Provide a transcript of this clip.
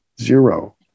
Zero